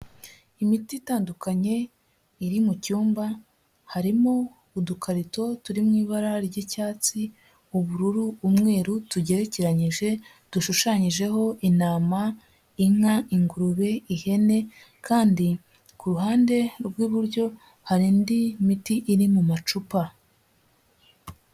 Imiti itandukanye, iri mu cyumba, harimo udukarito turi mu ibara ry'icyatsi, ubururu, umweru, tugerekeranyije, dushushanyijeho intama, inka, ingurube, ihene kandi ku ruhande rw'iburyo hari indi miti iri mu macupa.